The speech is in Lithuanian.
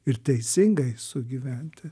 ir teisingai sugyventi